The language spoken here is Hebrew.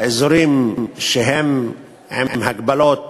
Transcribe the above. האזורים שהם עם הגבלות תכנוניות,